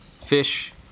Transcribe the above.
fish